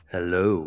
Hello